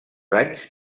anys